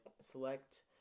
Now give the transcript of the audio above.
select